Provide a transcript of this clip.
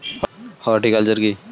Horticulture কি?